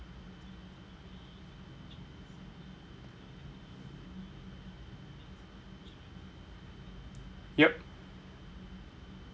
yup